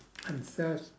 I'm thirsty